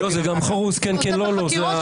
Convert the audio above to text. זה גם חרוז, כן-כן, לא-לא.